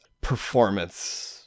performance